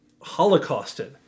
holocausted